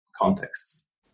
contexts